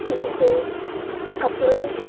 इससे कपड़ों